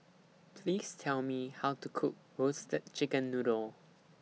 Please Tell Me How to Cook Roasted Chicken Noodle